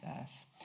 Earth